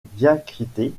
diacritée